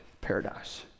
paradise